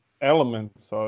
elements